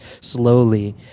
slowly